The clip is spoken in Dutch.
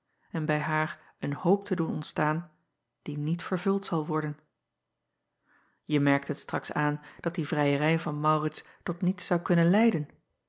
en bij haar een hoop te doen ontstaan die niet vervuld zal worden e merktet straks aan dat die vrijerij van aurits tot niets zou kunnen leiden